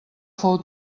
fou